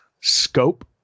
Scope